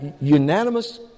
unanimous